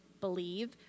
believe